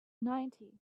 ninety